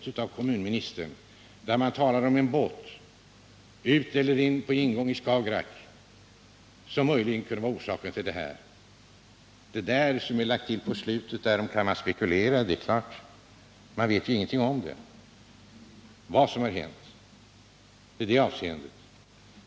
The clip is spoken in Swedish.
Det talas i svaret om att en båt på ineller utgående genom Skagerack-Nordsjön kan vara orsak till oljekatastrofen. Tillägget att man f. n. endast kan spekulera om detta har sitt berättigande — vi vet ju ingenting om vad som har hänt i det avseendet.